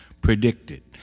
predicted